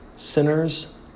Sinners